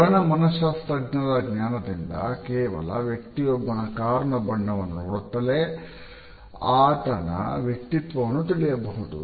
ವರ್ಣ ಮನಃಶಾಸ್ತ್ರಜ್ಞದ ಜ್ಞಾನದಿಂದ ಕೇವಲ ವ್ಯಕ್ತಿಯೊಬ್ಬನ ಕಾರ್ ನ ಬಣ್ಣವನ್ನು ನೋಡುತ್ತಲೇ ಆತನ ವ್ಯಕ್ತಿತ್ವವನ್ನು ತಿಳಿಯಬಹುದು